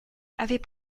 avait